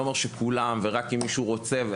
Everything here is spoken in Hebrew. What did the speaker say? אומר שזה מתאים לכולם אלא רק למי שרוצה,